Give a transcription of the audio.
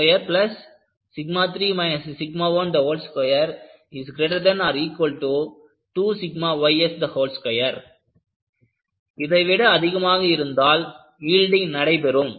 1 222 323 122ys2 இதைவிட அதிகமாக இருந்தால் யீல்டிங் நடைபெறும்